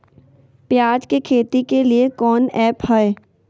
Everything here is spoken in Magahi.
प्याज के खेती के लिए कौन ऐप हाय?